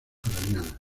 ucraniana